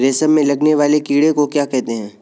रेशम में लगने वाले कीड़े को क्या कहते हैं?